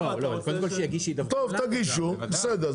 קודם כל שיגישו --- טוב תגישו בסדר.